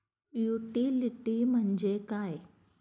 Utility म्हणजे काय?